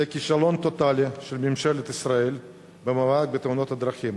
זה כישלון טוטלי של ממשלת ישראל במאבק בתאונות הדרכים,